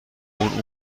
اون